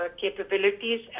capabilities